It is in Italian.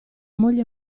moglie